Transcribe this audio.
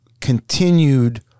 continued